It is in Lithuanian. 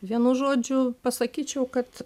vienu žodžiu pasakyčiau kad